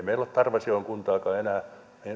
meillä ole tarvasjoen kuntaakaan enää